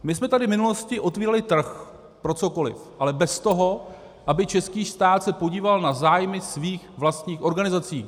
My jsme tady v minulosti otvírali trh pro cokoliv, ale bez toho, aby se český stát podíval na zájmy svých vlastních organizací.